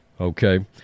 Okay